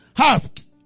Ask